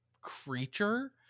creature